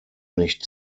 nicht